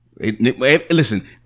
listen